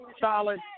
solid